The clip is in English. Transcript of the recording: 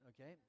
Okay